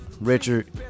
Richard